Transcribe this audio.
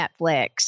Netflix